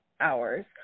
hours